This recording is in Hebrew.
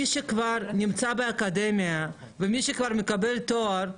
מי שכבר נמצא באקדמיה ומי שכבר מקבל תואר,